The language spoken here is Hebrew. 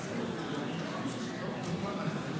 מצביע נעמה לזימי,